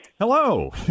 Hello